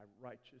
righteous